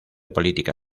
política